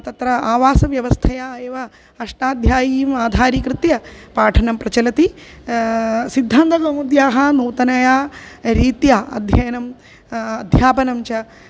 तत्र आवासव्यवस्थया एव अष्टाध्यायीम् आधारीकृत्य पाठनं प्रचलति सिद्धान्तकौमुद्याः नूतनया रीत्या अध्ययनं अध्यापनं च